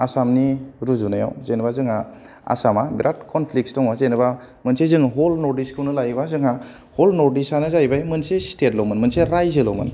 आसामनि रुजुनायाव जेनावबा जोंहा आसामा बेराद कनफ्लिकस दङ जेनावबा मोनसे जोङो हल नर्तडिसखौनो लायोबा जोंहा हल नर्तडिसानो जाहैबाय बे मोनसे सिथेतल'मोन मोनसे रायजोल'मोन